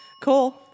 Cool